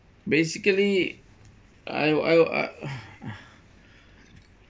basically I'll I'll uh